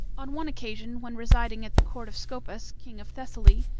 on one occasion, when residing at the court of scopas, king of thessaly,